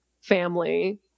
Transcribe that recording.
family